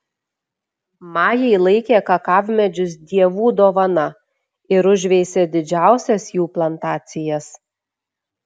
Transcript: majai laikė kakavmedžius dievų dovana ir užveisė didžiausias jų plantacijas